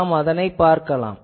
நாம் அதனைப் பார்க்கலாம்